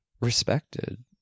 respected